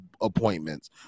appointments